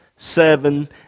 seven